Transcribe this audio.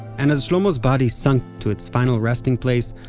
and as shlomo's body sunk to its final resting place,